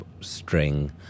string